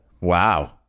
wow